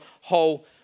whole